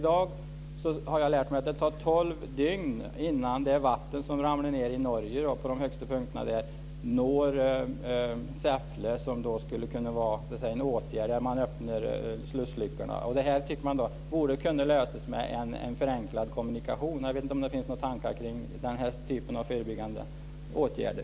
Jag har lärt mig att det tar tolv dygn innan det vatten som ramlar ned på de högsta punkterna i Norge når Säffle där man skulle kunna öppna slussluckorna. Detta borde kunna lösas med en förenklad kommunikation. Finns det några tankar kring den här typen av förebyggande åtgärder?